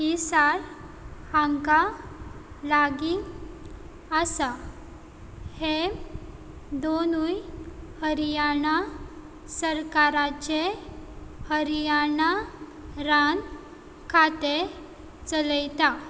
हिसार हांकां लागी आसा हे दोनूय हरियाणा सरकाराचे हरियाणा रान खातें चलयता